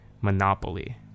monopoly